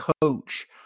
coach